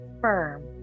firm